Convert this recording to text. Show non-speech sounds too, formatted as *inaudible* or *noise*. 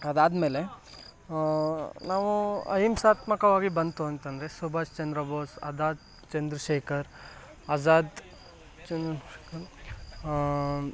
ಅದಾದಮೇಲೆ ನಾವು ಅಹಿಂಸಾತ್ಮಕವಾಗಿ ಬಂತು ಅಂತ ಅಂದ್ರೆ ಸುಭಾಷ್ ಚಂದ್ರ ಬೋಸ್ ಅದಾದ ಚಂದ್ರಶೇಖರ್ ಅಜಾದ್ ಚಂದ್ರ *unintelligible*